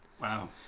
Wow